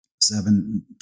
seven